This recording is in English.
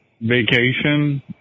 vacation